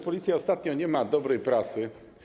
Policja ostatnio nie ma dobrej prasy.